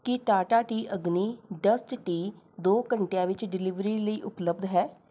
ਕੀ Tata tea Agni dust tea ਦੋ ਘੰਟਿਆਂ ਵਿੱਚ ਡਿਲੀਵਰੀ ਲਈ ਉਪਲਬਧ ਹੈ